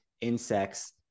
insects